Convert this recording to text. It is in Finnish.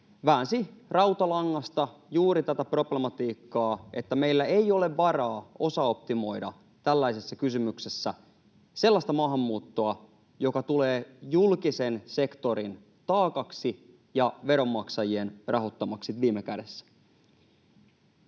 väänsi rautalangasta juuri tätä problematiikkaa, että meillä ei ole varaa osaoptimoida tällaisessa kysymyksessä sellaista maahanmuuttoa, joka tulee julkisen sektorin taakaksi ja veronmaksajien rahoittamaksi viime kädessä.